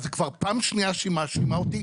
זו כבר פעם שנייה שהיא מאשימה אותה.